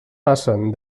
passen